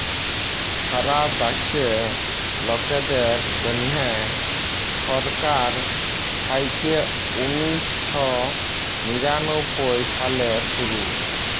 ছারা দ্যাশে লকদের জ্যনহে ছরকার থ্যাইকে উনিশ শ নিরানব্বই সালে শুরু